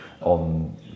on